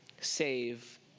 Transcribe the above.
save